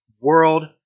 World